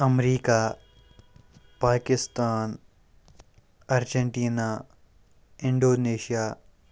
America Pakistan Argentina Indonesia